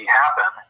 happen